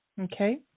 Okay